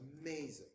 amazing